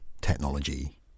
technology